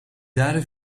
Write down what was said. daden